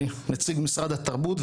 אני נציג משרד התרבות,